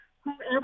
whoever